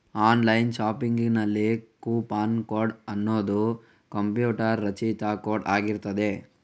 online ಶಾಪಿಂಗಿನಲ್ಲಿ coupon code ಅನ್ನುದು computer ರಚಿತ ಕೋಡ್ ಆಗಿರ್ತದೆ